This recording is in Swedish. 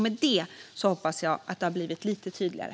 Med det hoppas jag att det har blivit lite tydligare.